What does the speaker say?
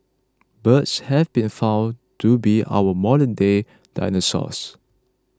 birds have been found to be our modernday dinosaurs